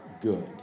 good